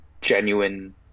genuine